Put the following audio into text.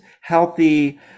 healthy